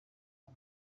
ماه